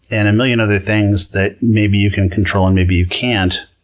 and a million other things that maybe you can control and maybe you can't,